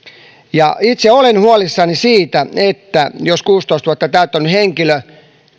itse olen huolissani siitä että jos kuusitoista vuotta täyttänyt henkilö